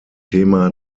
thema